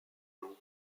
noms